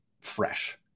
fresh